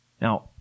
Now